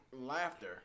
laughter